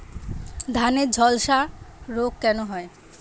ধানে ঝলসা রোগ কেন হয়?